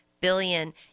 billion